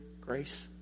grace